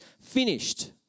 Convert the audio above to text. finished